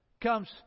comes